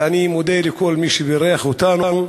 ואני מודה לכל מי שבירך אותנו,